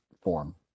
form